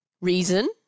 reason